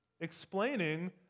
explaining